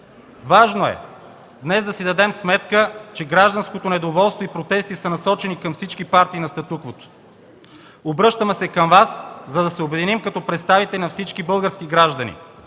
Важно е днес да си дадем сметка, че гражданското недоволство и протести са насочени към всички партии на статуквото! Обръщаме се към Вас, за да се обединим като представители на всички български граждани